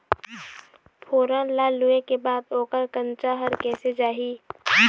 फोरन ला लुए के बाद ओकर कंनचा हर कैसे जाही?